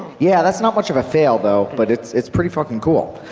yeah that's not much of a sale though, but it's it's pretty fucking cool.